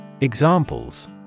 Examples